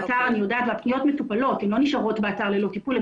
באתר אני יודעת והפניות מטופלות ולא נשארות באתר ללא טיפול.